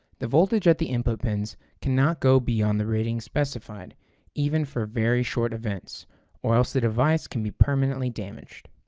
the voltage at the input pins cannot go beyond the rating specified even for very short events or else the device can be permanently damaged.